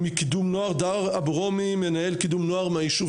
עו"ד, מנהלת תחום שילוב